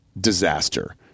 disaster